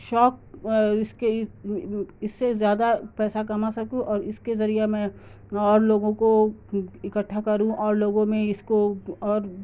شوق اس کے اس سے زیادہ پیسہ کما سکوں اور اس کے ذریعہ میں اور لوگوں کو اکٹھا کروں اور لوگوں میں اس کو اور